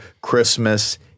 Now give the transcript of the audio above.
Christmas